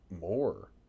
more